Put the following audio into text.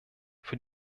für